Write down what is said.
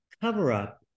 cover-up